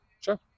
Sure